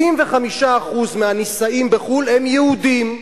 75% מהנישאים בחו"ל הם יהודים,